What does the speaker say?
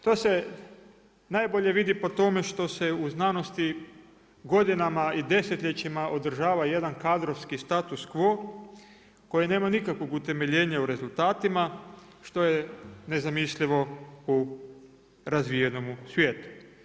To se najbolje vidi po tome što se u znanosti godinama i desetljećima održava jedna kadrovski status quo koji nema nikakvog utemeljenja u rezultatima što je nezamislivo u razvijenomu svijetu.